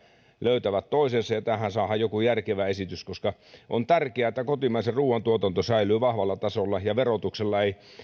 löytävät toisensa ja ja tähän saadaan joku järkevä esitys koska on tärkeää että kotimaisen ruoan tuotanto säilyy vahvalla tasolla ja ettei verotuksella